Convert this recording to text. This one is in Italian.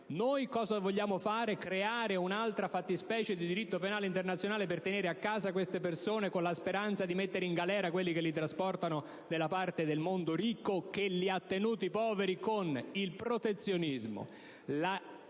fare? Vogliamo forse creare un'altra fattispecie di diritto penale internazionale per tenere a casa queste persone, con la speranza di mettere in galera quelli che le trasportano nella parte del mondo ricco, che le ha tenute in povertà con il protezionismo,